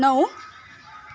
नौ